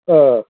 ಹಾಂ